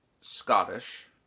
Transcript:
Scottish